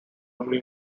only